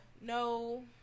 no